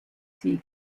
sie